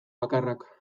bakarrak